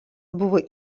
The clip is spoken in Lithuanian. buvo